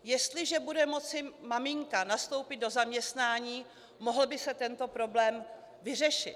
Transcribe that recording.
Jestliže bude moci maminka nastoupit do zaměstnání, mohl by se tento problém vyřešit.